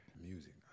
Music